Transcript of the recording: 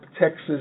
Texas